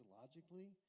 logically